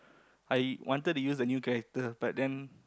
I wanted to use a new character but then